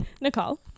Nicole